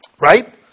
Right